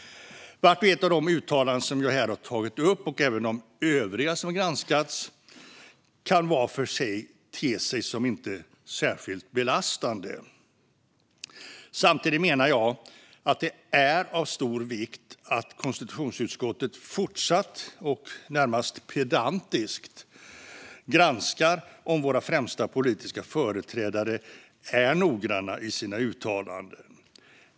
Fru talman! De uttalanden som jag här har tagit upp, och även de övriga som har granskats, kan vart och ett för sig te sig som inte särskilt belastande. Samtidigt menar jag att det är av stor vikt att konstitutionsutskottet fortsatt och närmast pedantiskt granskar om våra främsta politiska företrädare är noggranna i sina uttalanden.